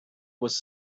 was